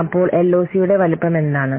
അപ്പോൾ എൽഒസിയുടെ വലുപ്പമെന്താണ്